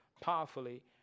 powerfully